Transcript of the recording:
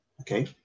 Okay